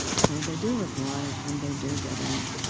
so they do apply, and they do get in.